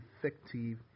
effective